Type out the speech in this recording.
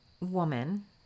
woman